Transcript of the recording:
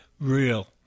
real